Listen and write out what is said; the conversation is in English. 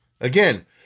again